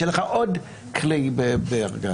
שיהיה לך עוד כלים בארגז.